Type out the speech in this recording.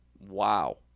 Wow